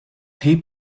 pay